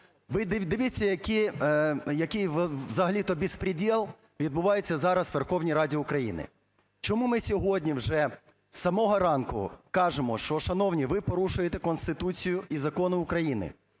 Ви дивіться, який взагалі-то беспредел відбувається зараз в Верховній Раді України. Чому ми сьогодні вже з самого ранку кажемо, що, шановні, ви порушуєте Конституцію і закони України.